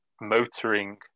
motoring